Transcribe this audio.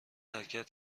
حرکت